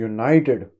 United